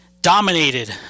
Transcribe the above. dominated